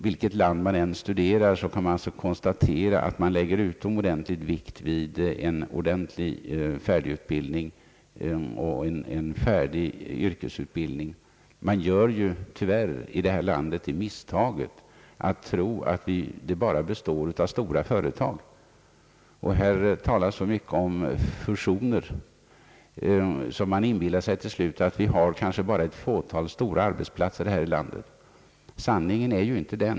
Vilket land man än studerar kan man konstatera att landet i fråga fäster utomordentlig vikt vid en färdig yrkesutbildning. I vårt land görs tyvärr det misstaget att man tror att det bara består av stora företag. Här talas så mycket om fusioner att man till slut inbillar sig att det bara finns ett fåtal stora arbetsplatser här i landet.